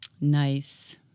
Nice